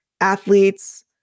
athletes